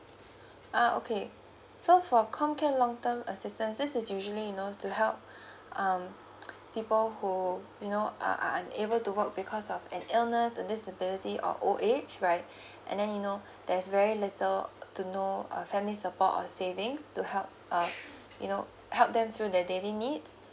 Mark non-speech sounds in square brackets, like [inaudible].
uh okay so for comcare long term assistance this is usually you know to help um [noise] people who you know uh are unable to work because of an illness or disability or old age right and then you know there's very little uh to no uh family support or savings to help uh you know help them through their daily needs